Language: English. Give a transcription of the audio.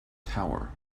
tower